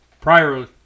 prior